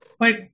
Wait